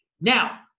Now